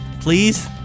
Please